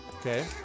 Okay